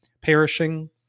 perishing